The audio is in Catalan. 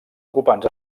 ocupants